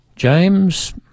James